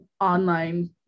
online